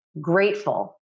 grateful